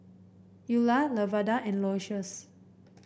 Eula Lavada and Aloysius